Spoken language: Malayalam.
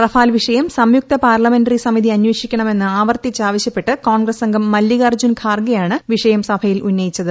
റഫാൽ വിഷയം സംയുക്ത പാർലമെന്റി സമിതി അന്വേഷണിക്കണമെന്ന് ആവർത്തിച്ചാവശ്യപ്പെട്ട് കോൺഗ്ഗസ് അംഗം മല്ലികാർജ്ജുൻ ഖാർഗയാണ് വിഷയം സഭയിൽ ഉന്നിയിച്ചത്